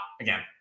Again